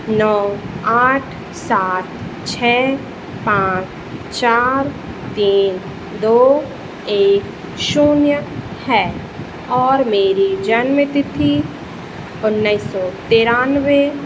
नौ आठ सात छः पाँच चार तीन दो एक शून्य है और मेरी जन्मतिथि उन्नीस सौ तिरानवे